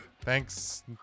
Thanks